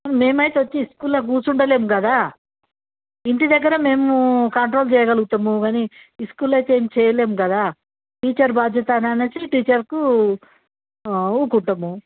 మేమైతే వచ్చి ఇస్కూల్లో కూర్చుంటలేము కదా ఇంటి దగ్గర మేము కంట్రోల్ చేయగలుగుతాము గానీ స్కూల్లో అయితే ఏం చేయలేము కదా టీచర్ బాధ్యత అని అనేసి టీచర్కు ఊరుకుంటాము